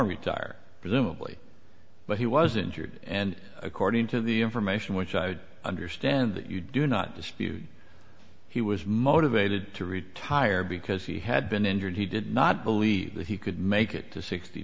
to retire presumably but he was injured and according to the information which i understand that you do not dispute he was motivated to retire because he had been injured he did not believe that he could make it to sixty